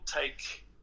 take